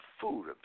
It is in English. food